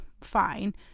fine